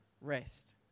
rest